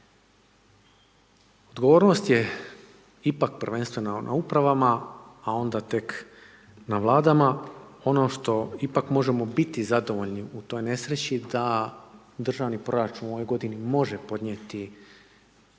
Odgovornost je ipak prvenstveno na upravama, a onda tek na vladama. Ono što ipak možemo biti zadovoljni u toj nesreći, da državni proračun u ovoj g. može podnijeti